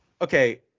Okay